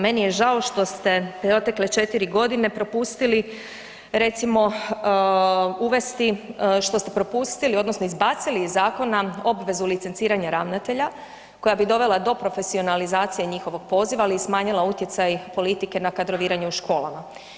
Meni je žao što ste protekle 4.g. propustili recimo uvesti, što ste propustili odnosno izbacili iz zakona obvezu licenciranja ravnatelja koja bi dovela do profesionalizacije njihovog poziva, ali i smanjila utjecaj politike na kadroviranje u školama.